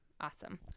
Awesome